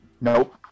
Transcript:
Nope